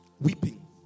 Weeping